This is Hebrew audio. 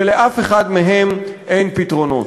ולאף אחד מהם אין פתרונות.